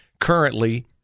currently